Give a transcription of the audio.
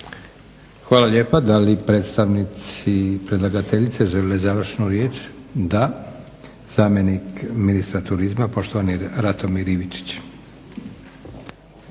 Josip (SDP)** Da li predstavnici predlagateljice žele završnu riječ? Da. Zamjenik ministra turizma poštovani Ratomir Ivičić.